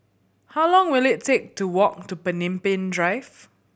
how long will it take to walk to Pemimpin Drive